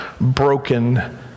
broken